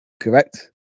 correct